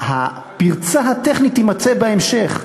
הפרצה הטכנית תימצא בהמשך,